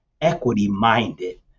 equity-minded